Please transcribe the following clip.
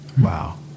Wow